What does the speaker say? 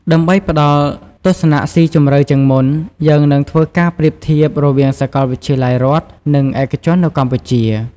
ដើម្បីផ្ដល់ទស្សនៈស៊ីជម្រៅជាងមុន យើងនឹងធ្វើការប្រៀបធៀបរវាងសាកលវិទ្យាល័យរដ្ឋ និងឯកជននៅកម្ពុជា ។